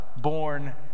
born